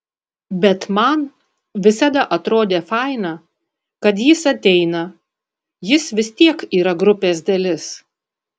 bet man visada atrodė faina kad jis ateina jis vis tiek yra grupės dalis